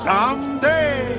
Someday